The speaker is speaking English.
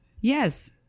yes